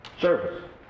Service